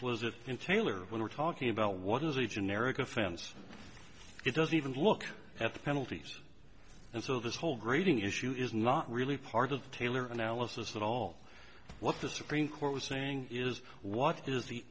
in taylor when we're talking about what is a generic offense it doesn't even look at the penalties and so this whole grading issue is not really part of the taylor analysis at all what the supreme court was saying is what is the